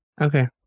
Okay